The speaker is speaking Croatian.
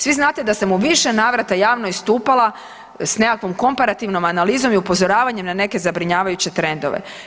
Svi znate da sam u više navrata javno istupala s nekakvom komparativnom analizom i upozoravanje na neke zabrinjavajuće trendove.